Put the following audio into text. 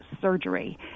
surgery